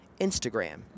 Instagram